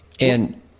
And-